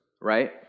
right